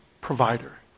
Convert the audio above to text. provider